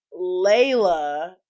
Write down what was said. Layla